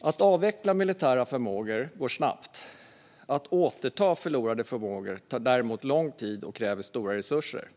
Att avveckla militära förmågor går snabbt. Att återta förlorade förmågor tar däremot lång tid och kräver stora resurser.